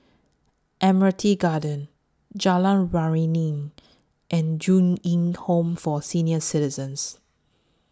Admiralty Garden Jalan Waringin and Ju Eng Home For Senior Citizens